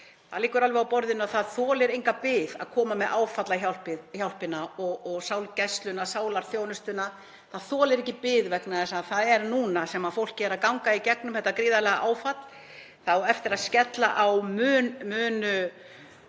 Það liggur alveg á borðinu að það þolir enga bið að koma með áfallahjálpina og sálgæsluna, sálarþjónustuna. Það þolir ekki bið vegna þess að það er núna sem fólk er að ganga í gegnum þetta gríðarlega áfall. Það á eftir að skella á mun